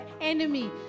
enemy